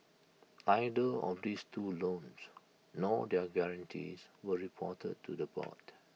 neither of this two loans nor their guarantees were reported to the board